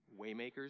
waymakers